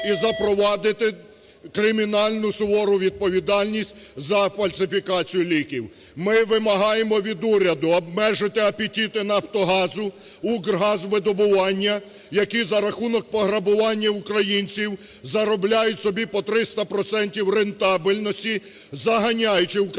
Ми вимагаємо від уряду обмежити апетити "Нафтогазу", "Укргазвидобування", які за рахунок пограбування українців заробляють собі по 300 процентів рентабельності, заганяючи українську